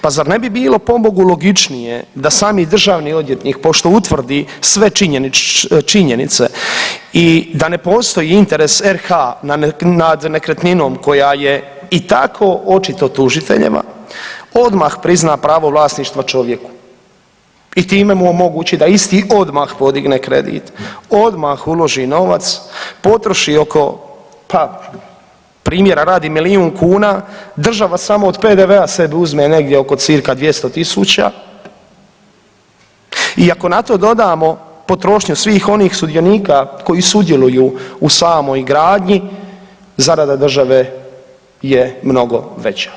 Pa zar ne bi bilo, pobogu, logičnije da sami državni odvjetnik, pošto utvrdi sve činjenice i da ne postoji interes RH nad nekretninom koja je i tako očito tužiteljeva, odmah prizna pravo vlasništva čovjeku i time mu omogući da isti odmah podigne kredit, odmah uloži novac, potroši oko, pa primjera radi, milijun kuna, država samo od PDV-a sebi uzme negdje oko cca 200 tisuća i ako na to dodamo potrošnju svih onih sudionika koji sudjeluju u samoj gradnji, zarada države ne mnogo veća.